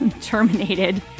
Terminated